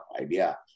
idea